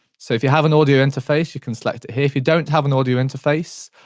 so if you have an audio interface, you can select it here. if you don't have an audio interface,